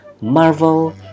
Marvel